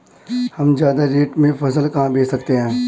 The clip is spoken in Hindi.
हम ज्यादा रेट में फसल कहाँ बेच सकते हैं?